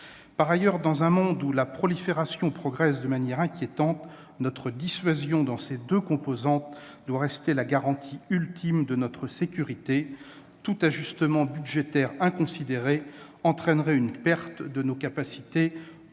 Par ailleurs, dans un monde où la prolifération progresse de manière inquiétante, notre dissuasion, dans ses deux composantes, doit rester la garantie ultime de notre sécurité. Tout ajustement budgétaire inconsidéré entraînerait une perte de nos capacités